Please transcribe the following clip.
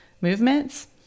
movements